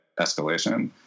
escalation